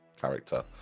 character